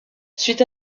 suite